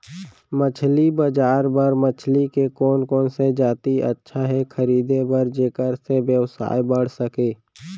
मछली बजार बर मछली के कोन कोन से जाति अच्छा हे खरीदे बर जेकर से व्यवसाय बढ़ सके?